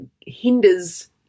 hinders